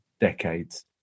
decades